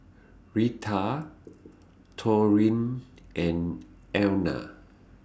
Reatha Torrie and Elna